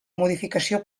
modificació